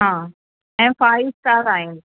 हा ऐं five star आहे